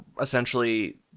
essentially